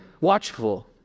watchful